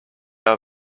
are